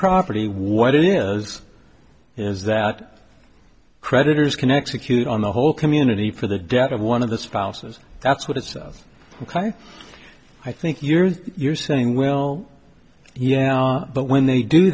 property what it is is that creditors can execute on the whole community for the death of one of the spouses that's what it's ok i think you're you're saying well yeah but when they do